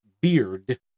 beard